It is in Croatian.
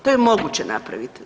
To je moguće napravit.